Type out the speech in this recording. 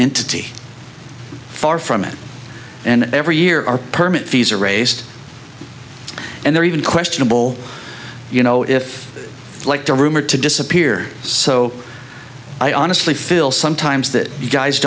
entity far from it and every year our permit fees are raised and they're even questionable you know if like the rumor to disappear so i honestly feel sometimes that you guys